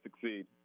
succeed